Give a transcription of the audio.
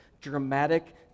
dramatic